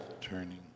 Turning